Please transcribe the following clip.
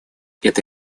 эта